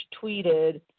tweeted